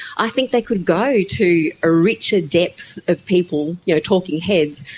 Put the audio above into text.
i think they could go to a richer depth of people, you know, talking heads,